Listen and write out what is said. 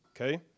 okay